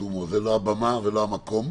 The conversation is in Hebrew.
זאת לא הבמה ולא המקום.